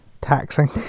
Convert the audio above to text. taxing